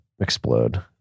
explode